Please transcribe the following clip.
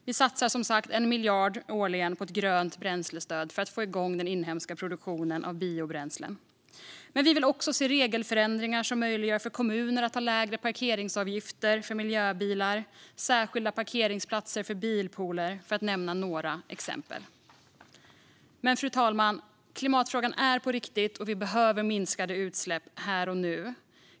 Vi satsar som sagt 1 miljard årligen på ett grönt bränslestöd för att få igång den inhemska produktionen av biobränslen. Men vi vill också se regelförändringar som möjliggör för kommuner att ha lägre parkeringsavgifter för miljöbilar och särskilda parkeringsplatser för bilpooler, för att nämna några exempel. Fru talman! Klimatfrågan är på riktigt, och vi behöver minskade utsläpp här och nu.